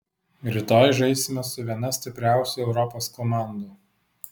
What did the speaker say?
rytoj žaisime su viena stipriausių europos komandų